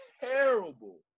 terrible